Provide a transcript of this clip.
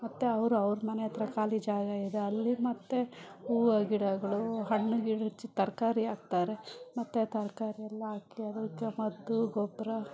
ಮತ್ತು ಅವ್ರ ಅವ್ರ ಮನೆ ಹತ್ರ ಖಾಲಿ ಜಾಗ ಇದೆ ಅಲ್ಲಿ ಮತ್ತೆ ಹೂವು ಗಿಡಗಳು ಹಣ್ಣು ಗಿಡ ಹೆಚ್ಚು ತರಕಾರಿ ಹಾಕ್ತಾರೆ ಮತ್ತು ತರಕಾರಿ ಎಲ್ಲ ಹಾಕಿ ಅದಕ್ಕೆ ಮದ್ದು ಗೊಬ್ಬರ